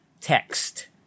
text